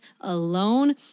alone